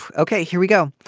i. ok, here we go.